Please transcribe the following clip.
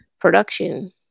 production